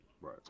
Right